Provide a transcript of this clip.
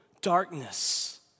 darkness